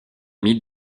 mythe